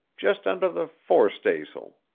just under the fore-staysail.